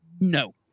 No